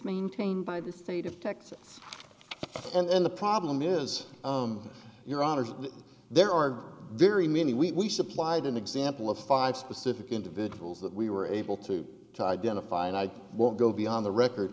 maintained by the state of texas and then the problem is your honors there are very many we supplied an example of five specific individuals that we were able to identify and i won't go beyond the record